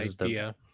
idea